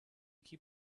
keep